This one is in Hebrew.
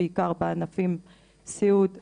בעיקר בענפי סיעוד ובנייה,